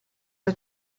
are